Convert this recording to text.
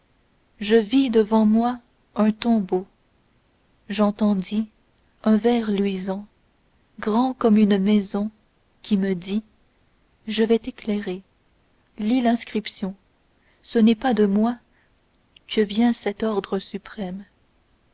je vis devant moi un tombeau j'entendis un ver luisant grand comme une maison qui me dit je vais t'éclairer lis l'inscription ce n'est pas de moi que vient cet ordre suprême